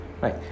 Right